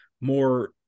more